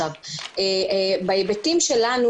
בהיבטים שלנו,